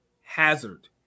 hazard